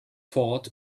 taught